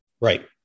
Right